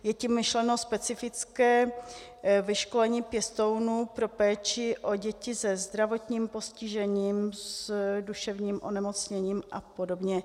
Je tím myšleno specifické vyškolení pěstounů pro péči o děti se zdravotním postižením, s duševním onemocněním a podobně.